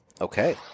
Okay